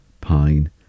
pine